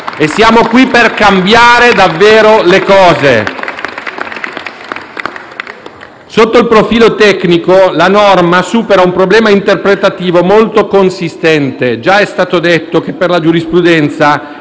e siamo qui per cambiare davvero le cose. Sotto il profilo tecnico la norma supera un problema interpretativo molto consistente. Già è stato detto che per la giurisprudenza